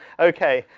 okay,